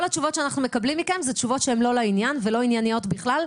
כל התשובות שאנחנו מקבלים מכם הן לא לעניין ולא ענייניות בכלל,